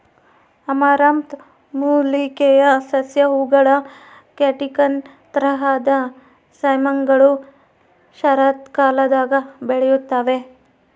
amaranth ಮೂಲಿಕೆಯ ಸಸ್ಯ ಹೂವುಗಳ ಕ್ಯಾಟ್ಕಿನ್ ತರಹದ ಸೈಮ್ಗಳು ಶರತ್ಕಾಲದಾಗ ಬೆಳೆಯುತ್ತವೆ